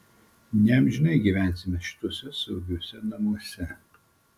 neamžinai gyvensime šituose saugiuose namuose